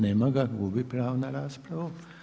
Nema ga, gubi pravo na raspravu.